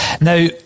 now